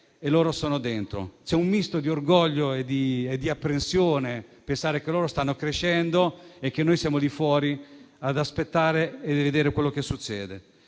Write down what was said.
e loro sono dentro. C'è un misto di orgoglio e di apprensione nel pensare che loro stanno crescendo e noi siamo fuori ad aspettare e vedere quello che succede.